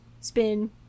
spin